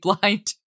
blind